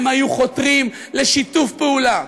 הם היו חותרים לשיתוף פעולה,